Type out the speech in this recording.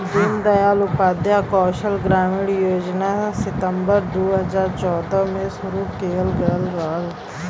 दीन दयाल उपाध्याय कौशल ग्रामीण योजना सितम्बर दू हजार चौदह में शुरू किहल गयल रहल